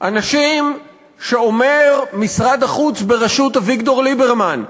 אנשים שאומר משרד החוץ בראשות אביגדור ליברמן,